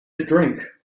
drink